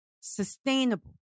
sustainable